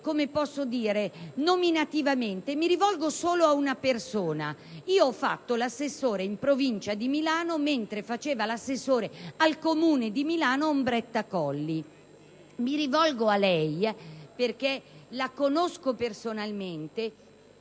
o l'assessore. In particolare, mi rivolgo solo ad una persona. Ho fatto l'assessore alla Provincia di Milano mentre faceva l'assessore al Comune di Milano Ombretta Colli. Mi rivolgo a lei perché la conosco personalmente